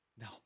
No